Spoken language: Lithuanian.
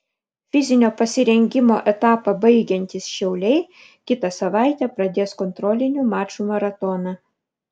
fizinio pasirengimo etapą baigiantys šiauliai kitą savaitę pradės kontrolinių mačų maratoną